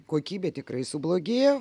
kokybė tikrai sublogėjo